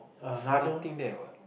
there's nothing there what